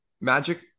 Magic